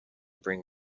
bring